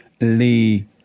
Lee